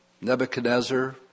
Nebuchadnezzar